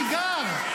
אני גר.